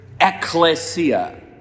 ecclesia